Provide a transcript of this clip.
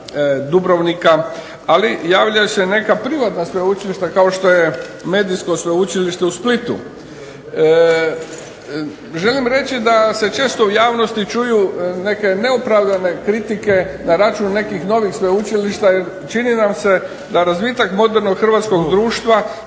Dubrovnika, ali javljaju se neka privatna sveučilišta kao što je medijsko sveučilište u Splitu. Želim reći da se često u javnosti čuju neke neopravdane kritike na račun nekih novih sveučilišta jer čini nam se da razvitak modernog hrvatskog društva